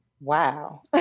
Wow